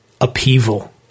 upheaval